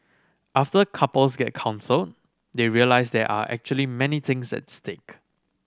after couples get counselled they realise there are actually many things at stake